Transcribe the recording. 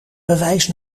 bewijs